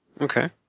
Okay